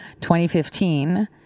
2015